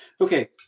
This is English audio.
Okay